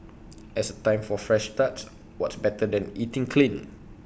as A time for fresh starts what's better than eating clean